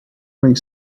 make